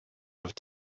have